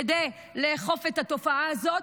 כדי לאכוף את התופעה הזאת,